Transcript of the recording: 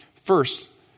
First